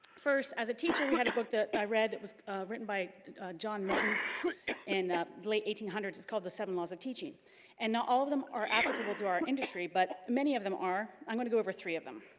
first, as a teacher, we had to book that i read that was written by john milton in the late one thousand eight hundred s called, the seven laws of teaching and not all of them are applicable to our industry, but many of them are. i'm gonna go over three of them.